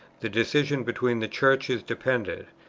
the decision between the churches depended.